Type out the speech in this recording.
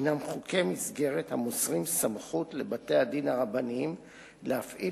הינם חוקי מסגרת המוסרים סמכות לבתי-הדין הרבניים להפעיל